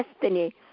destiny